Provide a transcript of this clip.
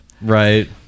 Right